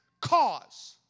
cause